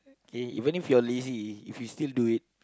K even if you are lazy if you still do it